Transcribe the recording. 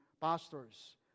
pastors